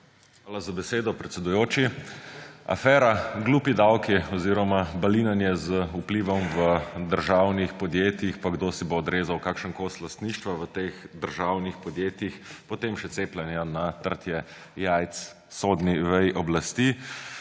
Hvala za besedo, predsedujoči. Afera glupi davki oziroma balinanje z vplivom v državnih podjetjih pa kdo si bo odrezal kakšen kos lastništva v teh državnih podjetjih, potem še ciljanje na trtje jajc sodni veji oblasti